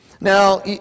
Now